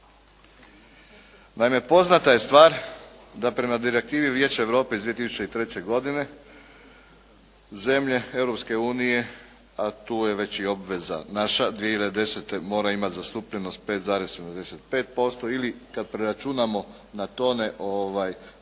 Naime, poznata je stvar da prema Direktivi vijeća Europe iz 2003. godine zemlje Europske unije, a tu je već i obveza naša, 2010. mora imati zastupljenost 5,75% ili kada preračunamo na tone nafte,